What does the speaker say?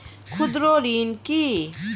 ক্ষুদ্র ঋণ কি?